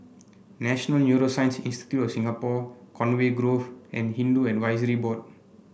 National Neuroscience Institute of Singapore Conway Grove and Hindu Advisory Board